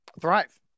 thrive